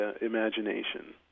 imagination